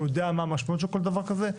הוא יודע מה המשמעות של כל דבר כזה.